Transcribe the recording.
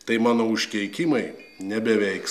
tai mano užkeikimai nebeveiks